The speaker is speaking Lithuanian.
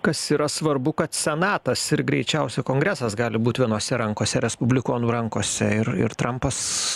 kas yra svarbu kad senatas ir greičiausia kongresas gali būti vienose rankose respublikonų rankose ir ir trampas